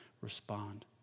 respond